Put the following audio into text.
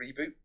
reboot